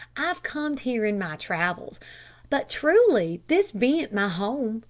i've comed here in my travels but, truly, this bean't my home.